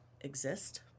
exist